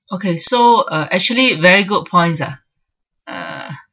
okay so uh actually very good points ah uh